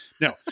No